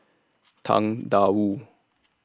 Tang DA Wu